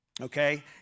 okay